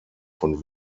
von